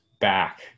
back